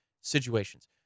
situations